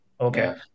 Okay